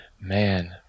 man